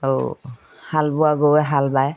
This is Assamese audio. আৰু হাল বোৱা গৰুৱে হাল বায়